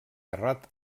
terrat